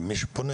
עם מי שפונה.